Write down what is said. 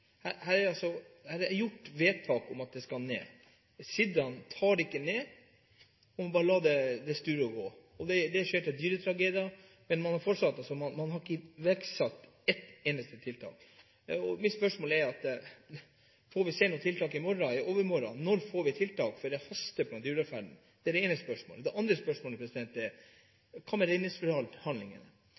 gå. Det skjer dyretragedier, men man har ikke iverksatt ett eneste tiltak. Mitt spørsmål er: Får vi se noe tiltak i morgen, i overmorgen? Når får vi tiltak – for det haster for dyrevelferden? Det er det ene spørsmålet. Det andre spørsmålet er: Hva